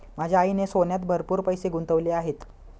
माझ्या आईने सोन्यात भरपूर पैसे गुंतवले आहेत